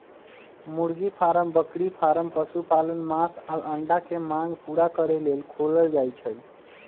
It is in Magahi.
मुर्गी फारम बकरी फारम पशुपालन मास आऽ अंडा के मांग पुरा करे लेल खोलल जाइ छइ